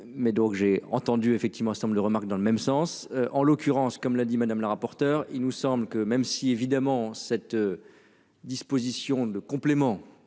Mais donc j'ai entendu effectivement remarque dans le même sens, en l'occurrence comme l'a dit Madame la rapporteure. Il nous semble que, même si évidemment cette. Disposition le complément